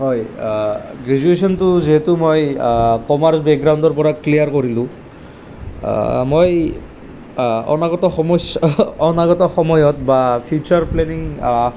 হয় গ্ৰেজ্যুৱেশ্যনটো যিহেতু মই কমাৰ্চ বেকগ্ৰাউণ্ডৰ পৰা ক্লীয়াৰ কৰিলোঁ মই অনাগত সময়ছোৱা অনাগত সময়ত বা ফিউচাৰ প্লেনিং